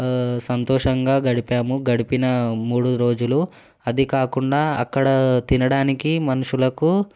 సంతోషంగా గడిపాము గడిపిన మూడు రోజులు అదికాకుండా అక్కడ తినడానికి మనుషులకు